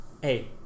Hey